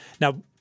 Now